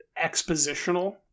expositional